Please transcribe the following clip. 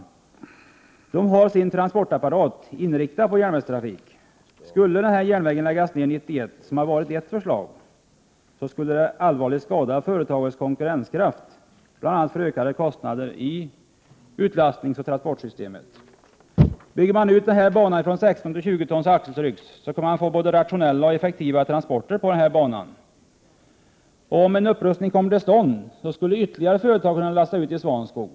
Företaget har sin transportapparat inriktad på järnvägstrafik. Om denna järnväg skulle läggas ned 1991, vilket har varit ett förslag, skulle det allvarligt skada företagets konkurrenskraft och medföra bl.a. ökade kostnader när det gäller utlastning och transporter. Om man bygger ut denna bana från 16 till 20 tons axeltryck, kan man få både rationella och effektiva transporter. Om en upprustning kommer till stånd, skulle ytterligare företag kunna lasta i Svanskog.